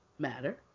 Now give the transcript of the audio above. matter